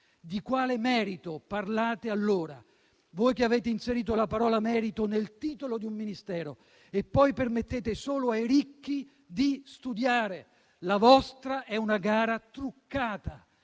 Di quale merito parlate allora? Voi che avete inserito la parola «merito» nel titolo di un Ministero poi permettete solo ai ricchi di studiare. La vostra è una gara truccata.